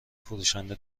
فروشنده